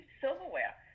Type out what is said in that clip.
silverware